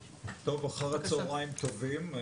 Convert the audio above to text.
אחר הצוהריים טובים,